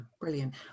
brilliant